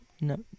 No